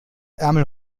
ärmel